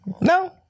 No